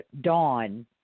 Dawn